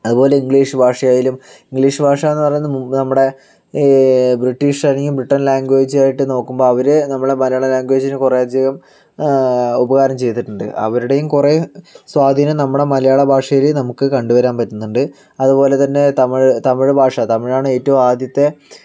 അതുപോലെ ഇംഗ്ലീഷ് ഭാഷയായാലും ഇംഗ്ലീഷ് ഭാഷയെന്ന് പറയുന്നതിനു മുമ്പ് നമ്മുടെ ഈ ബ്രിട്ടീഷ് അല്ലെങ്കിൽ ബ്രിട്ടൻ ലാംഗ്വേജ് ആയിട്ട് നോക്കുമ്പോൾ അവർ നമ്മുടെ മലയാള ലാംഗ്വേജ് കുറച്ച് അധികം ഉപകാരം ചെയ്തിട്ടുണ്ട് അവരുടെയും കുറേ സ്വാധീനം നമ്മുടെ മലയാളഭാഷയിലും നമുക്ക് കണ്ടു വരാൻ പറ്റുന്നുണ്ട് അതുപോലെതന്നെ തമിഴ് തമിഴ് ഭാഷ തമിഴ് ആണ് ഏറ്റവും ആദ്യത്തെ